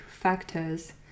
factors